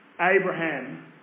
Abraham